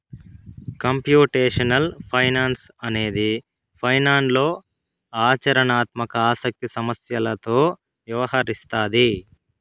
computational finance అనేది ఫైనాన్స్లో ఆచరణాత్మక ఆసక్తి సమస్యలతో వ్యవహరిస్తాది